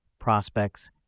prospects